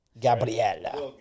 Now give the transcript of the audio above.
Gabriella